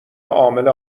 عامل